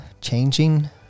changing